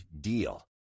DEAL